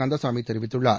கந்தசாமி தெரிவித்துள்ளார்